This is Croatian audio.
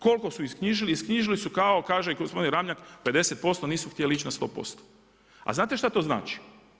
Koliko su izknjižili, izknjižili su kako kaže gospodin Ramljak, 50% nisu htjeli ići na 100%. a znate šta to znači?